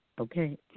Okay